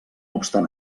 obstant